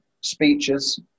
Speeches